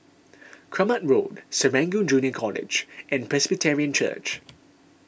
Kramat Road Serangoon Junior College and Presbyterian Church